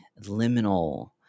liminal